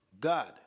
God